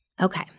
Okay